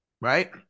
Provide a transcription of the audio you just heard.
right